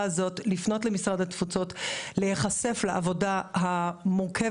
הזאת לפנות למשרד התפוצות ולהיחשף לעבודה המורכבת,